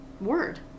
word